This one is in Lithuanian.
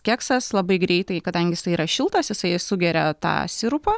keksas labai greitai kadangi jisai yra šiltas jisai sugeria tą sirupą